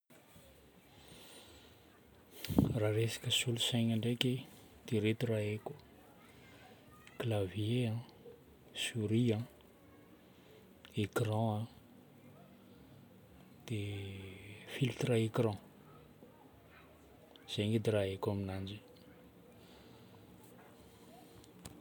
Raha resaka solosaina ndraiky dia ireto raha haiko: clavier, souris, écran, dia filtre écran. Zegny edy raha haiko aminanjy igny.